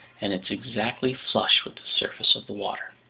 and it's exactly flush with the surface of the water.